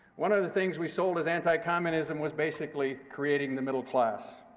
one of the things we sold as anticommunism was basically creating the middle class.